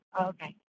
Okay